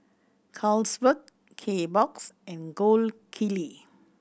Carlsberg Kbox and Gold Kili